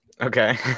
Okay